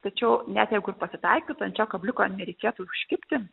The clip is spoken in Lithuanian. tačiau net jeigu ir pasitaikytų ant šio kabliuko nereikėtų užkibti